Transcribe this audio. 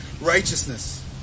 righteousness